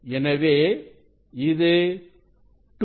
எனவே இது 2d